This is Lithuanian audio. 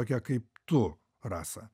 tokia kaip tu rasa